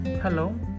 Hello